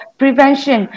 prevention